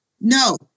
No